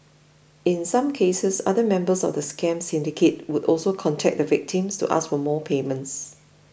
in some cases other members of the scam syndicate would also contact the victims to ask for more payments